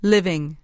Living